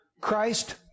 Christ